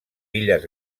illes